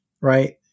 right